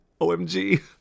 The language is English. OMG